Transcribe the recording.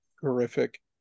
horrific